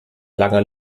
langer